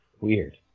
weird